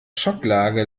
schocklage